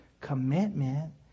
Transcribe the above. commitment